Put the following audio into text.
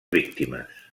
víctimes